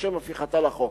לשם הפיכתה לחוק.